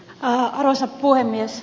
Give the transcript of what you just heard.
arvoisa puhemies